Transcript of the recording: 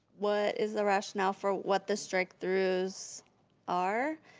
what is the rationale for what the strike throughs are?